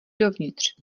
dovnitř